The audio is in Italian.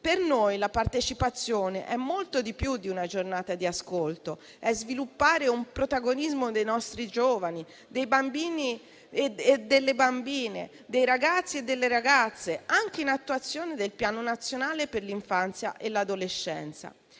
Per noi la partecipazione è molto di più di una giornata di ascolto: è sviluppare il protagonismo dei nostri giovani, dei bambini e delle bambine, dei ragazzi e delle ragazze, anche in attuazione del Piano nazionale per l'infanzia e l'adolescenza.